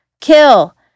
Kill